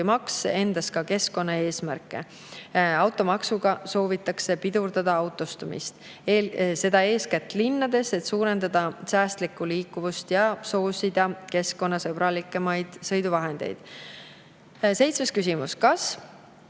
endas ka keskkonnaeesmärke. Automaksuga soovitakse pidurdada autostumist, seda eeskätt linnades, et suurendada säästlikku liikumist ja soosida keskkonnasõbralikumaid sõiduvahendeid. Seitsmes küsimus: "Kas